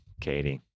katie